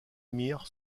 mirent